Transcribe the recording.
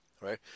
right